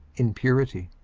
in purity.